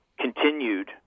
continued